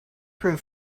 prove